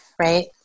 Right